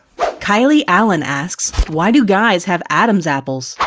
kylie allen asks, why do guys have adam's apples,